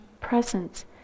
presence